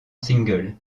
single